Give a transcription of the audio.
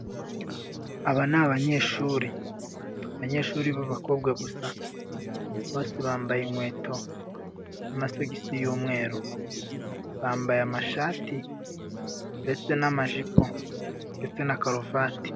Aba ni abanyeshuri, abanyeshuri b’abakobwa gusa, bose bambaye inkweto n’amasogisi y’umweru, bambaye amashati ndetse n'amajipo ndetse na karuvati.